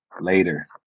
later